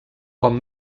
com